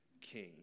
King